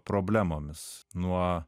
problemomis nuo